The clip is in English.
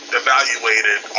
evaluated